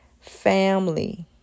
Family